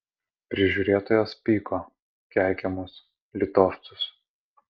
prižiūrėtojas pyko keikė mus litovcus